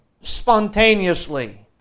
spontaneously